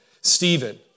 Stephen